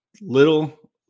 little